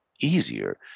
easier